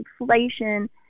inflation